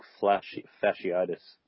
fasciitis